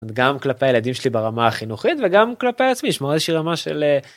‫גם כלפי הילדים שלי ברמה החינוכית ‫וגם כלפי עצמי, לשמור על איזושהי רמה של...